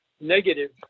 negative